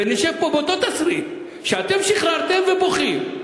ונשב פה באותו תסריט שאתם שחררתם ואתם בוכים.